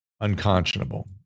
unconscionable